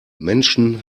menschen